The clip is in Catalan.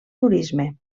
turisme